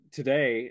today